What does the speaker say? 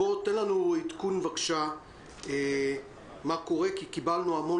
תן לנו עדכון בבקשה מה קורה כי קיבלנו המון